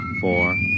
four